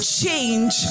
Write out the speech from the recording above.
change